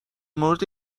مورد